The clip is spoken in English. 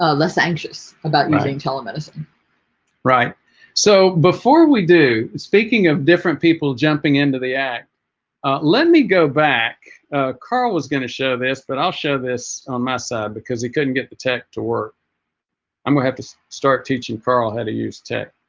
ah less anxious about moving telemedicine right so before we do speaking of different people jumping into the act let me go back carl was gonna show this but i'll show this on my side because he couldn't get the tech to work i'm gonna have to start teaching carl how to use tech